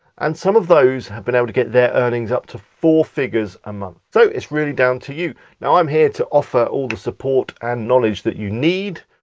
and some of those have been able to get their earnings up to four figures a month. so it's really down to you and know i'm here to offer all the support and knowledge that you need,